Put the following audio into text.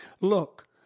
look